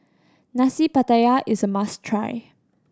Nasi Pattaya is a must try